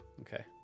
Okay